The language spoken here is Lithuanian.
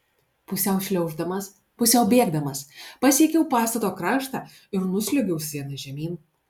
pusiau šliauždamas pusiau bėgdamas pasiekiau pastato kraštą ir nusliuogiau siena žemyn